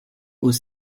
aux